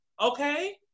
Okay